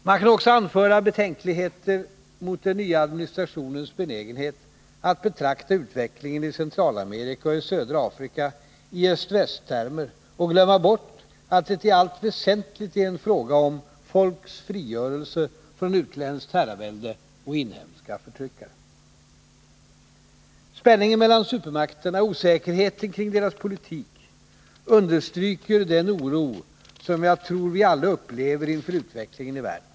Man kan också anföra betänkligheter mot den nya administrationens benägenhet att betrakta utvecklingen i Centralamerika och i södra Afrika i öst-väst-termer och glömma bort att det i allt väsentligt är en fråga om folks frigörelse från utländskt herravälde och inhemska förtryckare. Spänningen mellan supermakterna och osäkerheten kring deras politik understryker den oro som jag tror vi alla upplever inför utvecklingen i världen.